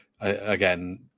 again